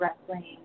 wrestling